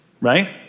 right